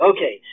Okay